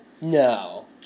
No